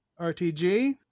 RTG